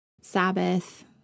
Sabbath